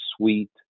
sweet